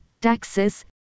taxes